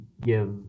give